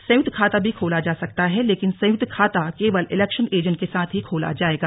संयुक्त खाता भी खोला जा सकता है लेकिन संयुक्त खाता केवल इलेक्शन एजेंट के साथ ही खोला जायेगा